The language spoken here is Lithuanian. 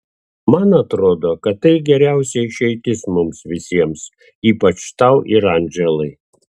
man atrodo kad tai geriausia išeitis mums visiems ypač tau ir andželai